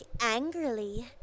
angrily